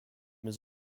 his